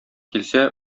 килсә